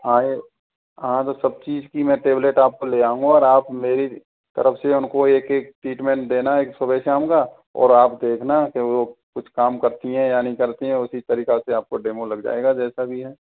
हाँ ये हाँ तो सब चीज़ की मैं टेबलेट आपको ले आऊंगा और आप मेरी तरफ से उनको एक एक ट्रीटमेंट देना एक सुबह शाम का और आप देखना की वो कुछ काम करती हैं या नहीं करती हैं उसी तरीका से आपको डेमो लग जाएगा जैसा भी है